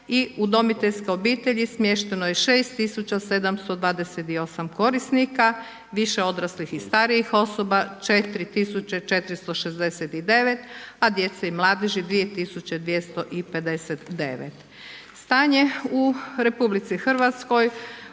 i udomiteljske obitelji smješteno je 6728 korisnika, više odraslih i starijih osoba 4469, a djece i mladeži 2259. Stanje u RH u udomiteljstvu